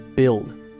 build